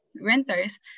renters